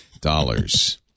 dollars